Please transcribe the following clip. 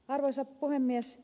arvoisa puhemies